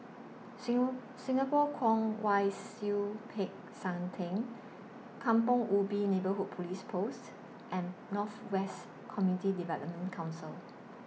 Singapore Kwong Wai Siew Peck San Theng Kampong Ubi Neighbourhood Police Post and North West Community Development Council